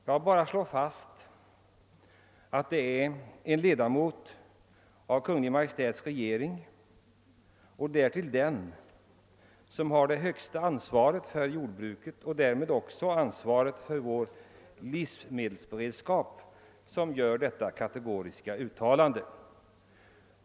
Jag vill bara slå fast att det är en ledamot av Kungl. Maj:ts regering, och därtill den som har det högsta ansvaret för jordbruket och därmed också för vår livsmedelsberedskap, som gör detta kategoriska uttalande.